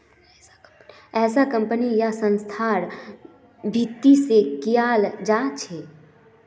ऐसा कम्पनी या संस्थार भीती से कियाल जा छे